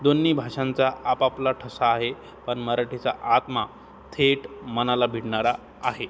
दोन्ही भाषांचा आपापला ठसा आहे पण मराठीचा आत्मा थेट मनाला भिडणारा आहे